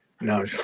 No